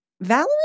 Valerie